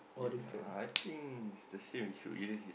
ya I think it's the same you should erase it